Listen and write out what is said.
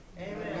Amen